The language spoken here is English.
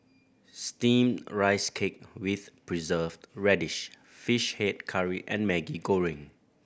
Steamed Rice Cake with Preserved Radish Fish Head Curry and Maggi Goreng